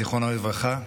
זיכרונו לברכה,